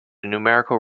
numerical